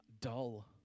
dull